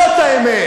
זאת האמת.